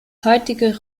heutige